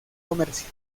comercio